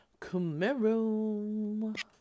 Camaro